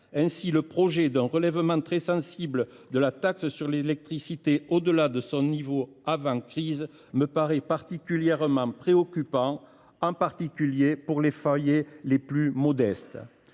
l’État. Le projet d’un relèvement très sensible de la taxe sur l’électricité au delà de son niveau d’avant crise me semble particulièrement préoccupant, en particulier pour les foyers les plus modestes.